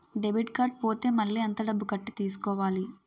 Debit card పోతే మళ్ళీ ఎంత డబ్బు కట్టి తీసుకోవాలి?